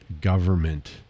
government